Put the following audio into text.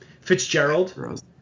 fitzgerald